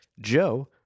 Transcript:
Joe